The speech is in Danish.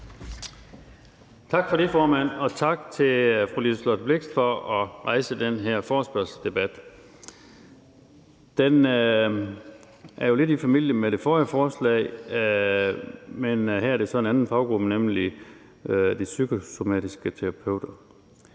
Tak for det, formand, og tak til fru Liselott Blixt for at rejse den her forespørgselsdebat. Den er jo lidt i familie med det forrige forslag, men her er det så en anden faggruppe, nemlig de psykomotoriske terapeuter.